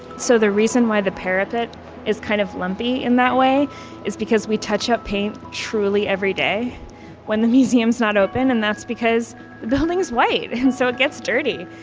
so the reason why the parapet is kind of lumpy in that way is because we touch up paint truly every day when the museum's not open, and that's because the building's white and so it gets dirty.